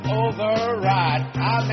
override